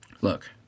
look